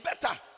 better